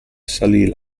salì